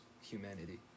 humanity